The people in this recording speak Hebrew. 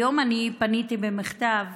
היום פניתי במכתב